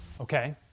Okay